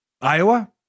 Iowa